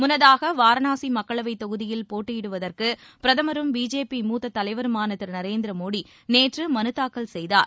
முன்னதாக வாரணாசி மக்களவை தொகுதியில் போட்டியிடுவதற்கு பிரதமரும் பிஜேபி மூத்த தலைவருமான திரு நரேந்திர மோடி நேற்று மனு தாக்கல் செய்தார்